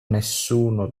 nessuno